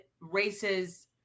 races